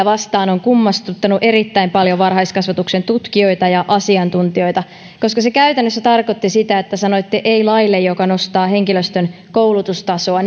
vastaan on kummastuttanut erittäin paljon varhaiskasvatuksen tutkijoita ja asiantuntijoita koska se käytännössä tarkoitti sitä että sanoitte ei laille joka nostaa henkilöstön koulutustasoa